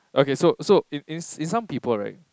okay so so in some people right